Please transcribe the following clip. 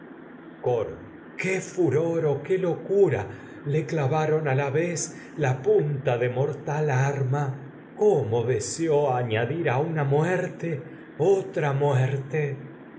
coro la qué furor o qué locura le clavaron a la vez punta de mortal muerte arma cómo deseó añadir a una muerte otra